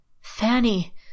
Fanny